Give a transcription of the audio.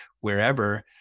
wherever